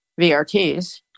VRTs